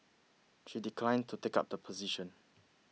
she declined to take up the position